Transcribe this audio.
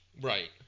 Right